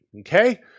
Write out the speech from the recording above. Okay